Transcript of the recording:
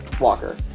Walker